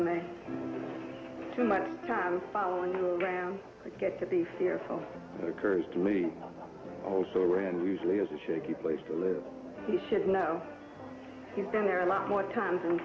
make too much time following you around gets to be fearful occurs to me also and usually is a shaky place to live he should know he's been there a lot more times